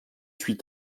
suis